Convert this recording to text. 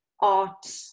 art